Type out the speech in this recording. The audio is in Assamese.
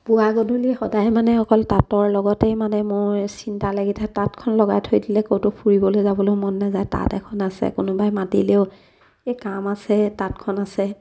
পুৱা গধূলি সদায় মানে অকল তাঁতৰ লগতেই মানে মোৰ চিন্তা লাগি থাকে তাঁতখন লগাই থৈ দিলে ক'তো ফুৰিবলৈ যাবলৈও মন নাযায় তাঁত এখন আছে কোনোবাই মাতিলেও এই কাম আছে তাঁতখন আছে